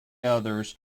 others